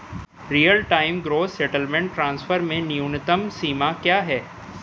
Real time gross settlement transfer में न्यूनतम सीमा क्या है?